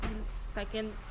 second